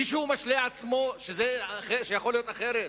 מישהו משלה את עצמו שיכול להיות אחרת?